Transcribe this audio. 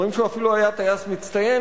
אומרים שהוא אפילו היה טייס מצטיין,